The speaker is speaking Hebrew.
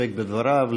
להסתפק בדבריו?